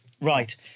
Right